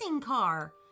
car